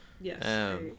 yes